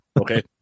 Okay